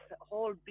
whole